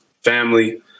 family